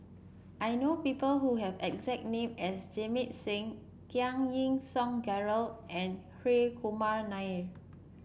I know people who have exact name as Jamit Singh Giam Yean Song Gerald and Hri Kumar Nair